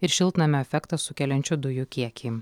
ir šiltnamio efektą sukeliančių dujų kiekį